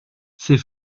c’est